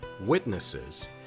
witnesses